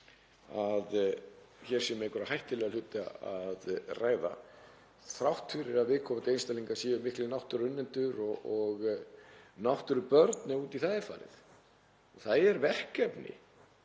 að hér sé um einhverja hættulega hluti að ræða þrátt fyrir að viðkomandi einstaklingar séu miklir náttúruunnendur og náttúrubörn ef út í það er farið. Það er verkefni